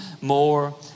more